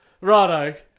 Righto